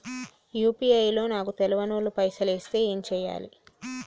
UPI లో నాకు తెల్వనోళ్లు పైసల్ ఎస్తే ఏం చేయాలి?